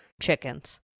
chickens